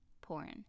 porn